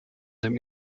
dem